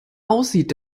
aussieht